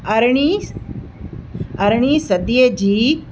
अड़िरहं अड़िरह सदीअ जी